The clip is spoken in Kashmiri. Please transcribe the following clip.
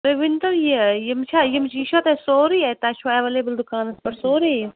تُہۍ ؤنۍتو یہِ یِم چھا یِم یہِ چھا تۄہہِ سورٕے اَتہِ توہہِ چھُو اٮ۪ویلیبٕل دُکانَس پٮ۪ٹھ سورٕے یہِ